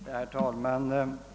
Herr talman!